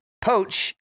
poach